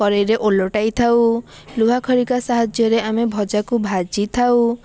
କରେଇରେ ଓଲଟାଇ ଥାଉ ଲୁହା ଖରିକା ସାହାଯ୍ୟରେ ଆମେ ଭଜାକୁ ଭାଜିଥାଉ